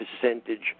percentage